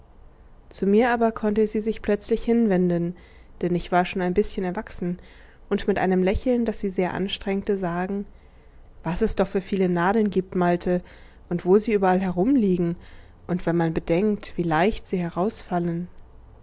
zu mir aber konnte sie sich plötzlich hinwenden denn ich war schon ein bißchen erwachsen und mit einem lächeln das sie sehr anstrengte sagen was es doch für viele nadeln giebt malte und wo sie überall herumliegen und wenn man bedenkt wie leicht sie herausfallen